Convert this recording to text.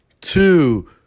two